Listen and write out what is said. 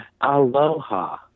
Aloha